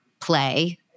play